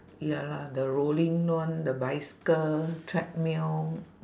ya lah the rolling one the bicycle treadmill